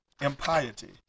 impiety